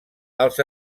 als